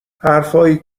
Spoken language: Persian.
حرفهایی